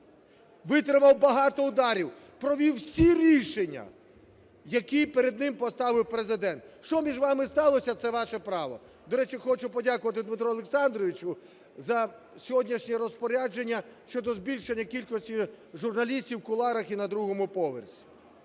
Витримав багато ударів, провів всі рішення, які перед ним поставив Президент. Що між вами сталося – це ваше право. До речі, хочу подякувати Дмитру Олександровичу за сьогоднішнє розпорядження щодо збільшення кількості журналістів в кулуарах і на другому поверсі.